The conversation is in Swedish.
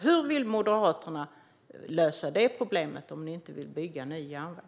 Hur vill ni i Moderaterna lösa det problemet om ni inte vill bygga ny järnväg?